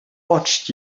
watched